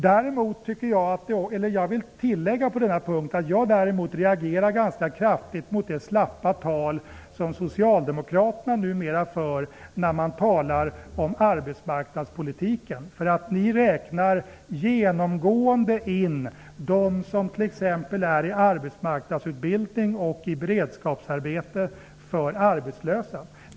Jag vill på denna punkt tillägga att jag däremot reagerar ganska kraftigt mot det slappa tal som Socialdemokraterna numera har när man talar om arbetmarknadspolitiken. Ni räknar genomgående dem som t.ex. är i arbetsmarknadsutbildning och i beredskapsarbete som arbetslösa.